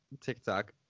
TikTok